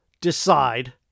decide